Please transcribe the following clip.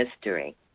history